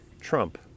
Trump